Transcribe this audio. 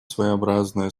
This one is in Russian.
своеобразная